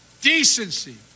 decency